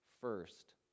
first